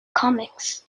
comics